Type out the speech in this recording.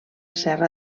serra